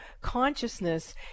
consciousness